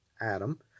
Adam